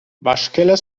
waschkeller